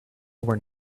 were